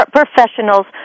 professionals